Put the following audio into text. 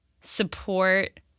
support